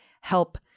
Help